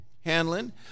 hanlon